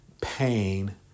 pain